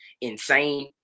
insane